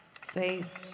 faith